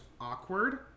Awkward